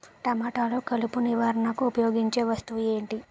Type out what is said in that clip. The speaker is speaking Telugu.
టమాటాలో కలుపు నివారణకు ఉపయోగించే వస్తువు ఏంటి?